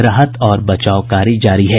राहत और बचाव कार्य जारी है